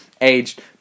aged